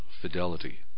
fidelity